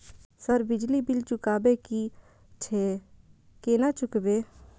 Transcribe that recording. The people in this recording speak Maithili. सर बिजली बील चुकाबे की छे केना चुकेबे?